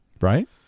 right